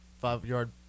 five-yard